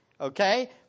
Okay